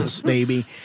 baby